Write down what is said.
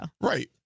Right